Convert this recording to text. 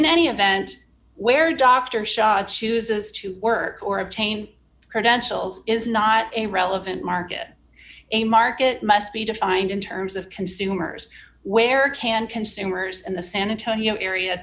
in any event where dr shah chooses to work or obtain credentials is not a relevant market a market must be defined in terms of consumers where can consumers in the san antonio area